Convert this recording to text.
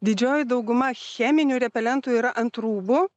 didžioji dauguma cheminių repelentų yra ant rūbų